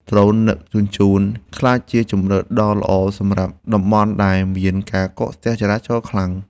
ដ្រូនដឹកជញ្ជូន អាចក្លាយជាជម្រើសដ៏ល្អសម្រាប់តំបន់ដែលមានការកកស្ទះចរាចរណ៍ខ្លាំង។